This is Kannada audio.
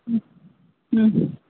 ಹ್ಞೂ ಹ್ಞೂ